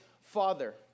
father